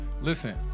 Listen